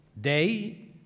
day